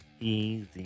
Easy